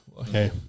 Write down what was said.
Okay